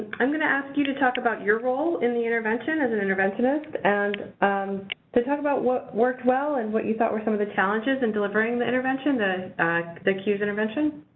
i'm going to ask you to talk about your role in the intervention as an interventionist, and to talk about what worked well and what you thought were some of the challenges in delivering the intervention the the cues intervention.